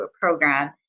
program